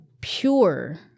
pure